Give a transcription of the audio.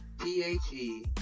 T-H-E